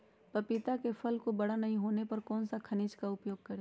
पपीता के फल को बड़ा नहीं होने पर कौन सा खनिज का उपयोग करें?